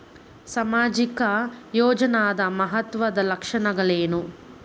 ಸಾಮಾಜಿಕ ಯೋಜನಾದ ಮಹತ್ವದ್ದ ಲಕ್ಷಣಗಳೇನು?